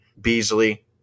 Beasley